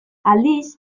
aldiz